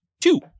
two